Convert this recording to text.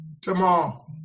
tomorrow